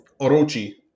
Orochi